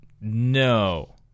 No